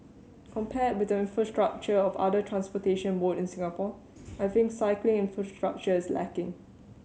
compared with the infrastructure of other transportation mode in Singapore I think cycling infrastructure is lacking